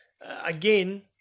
again